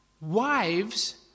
wives